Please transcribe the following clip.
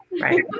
Right